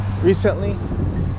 recently